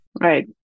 Right